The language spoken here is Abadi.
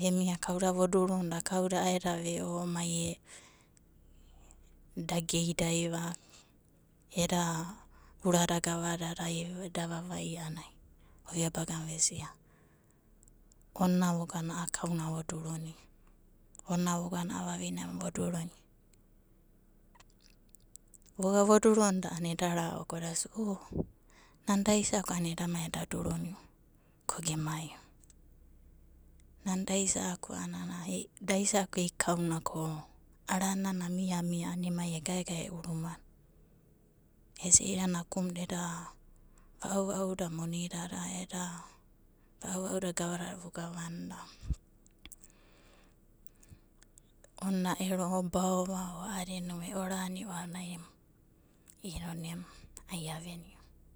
Vemia kauda vo durunda a'a eda ve'o da geidaiva eda urada gavadada eda vavai a'ana ovia bagana vesia ona vogana a'a kauna voduruna, ona voga a'a vavinena vo duruna. Voga vodurunda a'ana eda ra'au edasia o nana da aisa'aku inokai a'aenanai eda mai eda. Nana daisa'aku kaunaka araninanai miamia a'ana egaegae e'u rumana esia ia nakumuda eda va'au va'auda monidada a'ada a'a eda va'au va'auda gavadada vogava. Ona ero obaova a'adina o v e'orani'o a'ani i'inana ona emuna ao aveni'o.